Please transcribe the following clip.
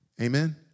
Amen